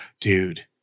dude